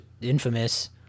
infamous